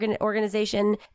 organization